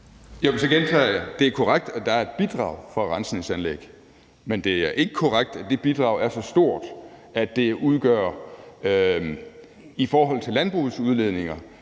Det er korrekt, at der er et bidrag fra rensningsanlæg, men det er ikke korrekt, at det bidrag er så stort, at det i forhold til landbrugets udledninger